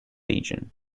region